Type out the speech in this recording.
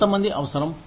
మనకు ఎంతమంది అవసరం